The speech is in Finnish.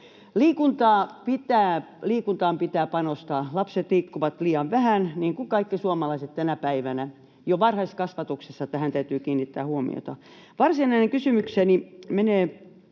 Liikuntaan pitää panostaa. Lapset liikkuvat liian vähän, niin kuin kaikki suomalaiset tänä päivänä. Jo varhaiskasvatuksessa tähän täytyy kiinnittää huomiota. Varsinainen kysymykseni menee